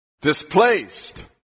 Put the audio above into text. displaced